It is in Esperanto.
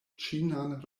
ĉinan